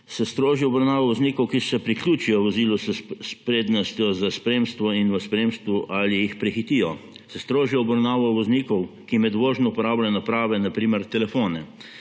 strožjo obravnavo voznikov, ki se priključijo vozilu s prednostjo za spremstvo in v spremstvu ali jih prehitijo; strožjo obravnavo voznikov, ki med vožnjo uporabljajo naprave, na primer telefone;